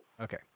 Okay